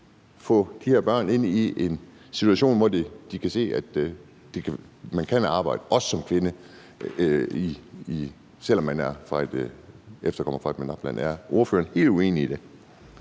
få de her børn ind i en situation, hvor de kan se, at man kan arbejde, også som kvinde, selv om man er efterkommer af forældre fra et MENAPT-land. Er ordføreren helt uenig i det?